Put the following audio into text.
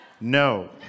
No